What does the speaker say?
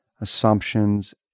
assumptions